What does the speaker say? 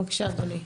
בבקשה אדוני.